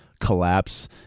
collapse